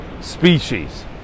species